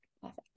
Perfect